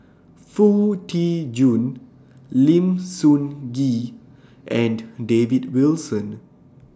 Foo Tee Jun Lim Sun Gee and David Wilson